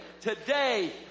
today